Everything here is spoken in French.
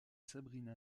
sabrina